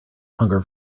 hunger